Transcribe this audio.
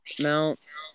mounts